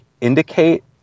indicate